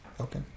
okay